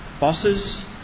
Bosses